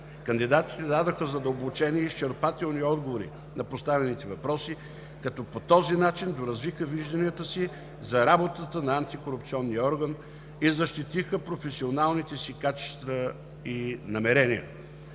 Кандидатите дадоха задълбочени и изчерпателни отговори на поставените въпроси, като по този начин доразвиха вижданията си за работата на антикорупционния орган и защитиха професионалните си качества и намерения.